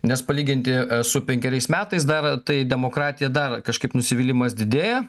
nes palyginti su penkeriais metais dar tai demokratija dar kažkaip nusivylimas didėja